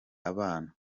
abana